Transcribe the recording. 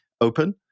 open